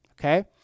okay